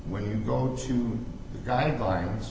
when you go to the guidelines